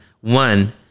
One